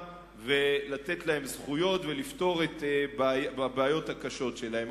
ולתת להם זכויות ולפתור את הבעיות הקשות שלהם.